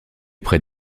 près